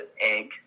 egg